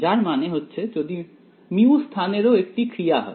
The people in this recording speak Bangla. যার মানে হচ্ছে যদি μ স্থানের ও একটি ক্রিয়া হয়